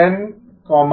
1bN N